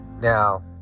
now